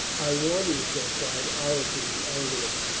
i warn you, sir, cried ireton angrily,